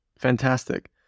Fantastic